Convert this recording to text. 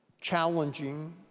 challenging